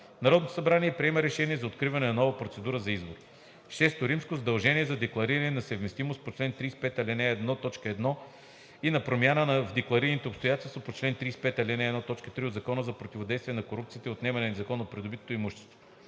Народното събрание приема решение за откриване на нова процедура за избор. VI. Задължение за деклариране на несъвместимост по чл. 35, ал. 1, т. 1 и на промяна в декларираните обстоятелства по чл. 35, ал. 1, т. 3 от Закона за противодействие на корупцията и за отнемане на незаконно придобитото имущество